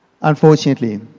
Unfortunately